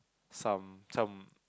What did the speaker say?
some some